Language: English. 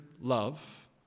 love